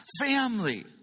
Family